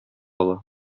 ала